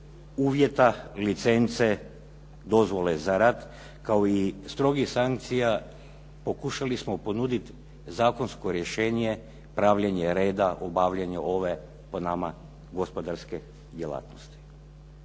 uvjeta, licence, dozvole za rad kao i strogih sankcija pokušali smo ponuditi zakonsko rješenje, pravljenje reda, obavljanje ove, po nama gospodarske djelatnosti.